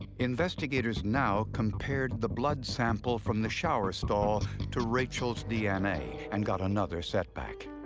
investigators now compared the blood sample from the shower stall to rachel's dna and got another setback.